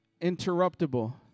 interruptible